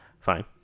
fine